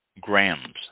grams